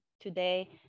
today